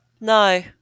No